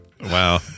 Wow